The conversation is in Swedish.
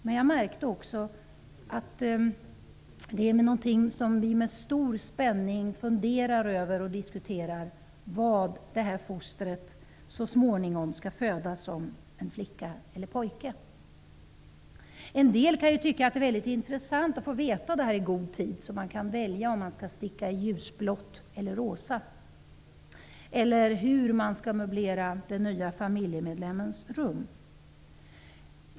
Men jag märkte också att vad fostret så småningom skall födas som -- en flicka eller en pojke -- är någonting som vi med stor spänning funderar över och diskuterar. En del tycker att det är väldigt intressant att få veta det i god tid, så att de kan välja om de skall sticka i ljusblått eller i rosa eller hur de skall möblera den nya familjemedlemmens rum.